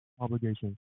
obligation